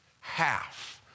Half